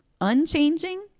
unchanging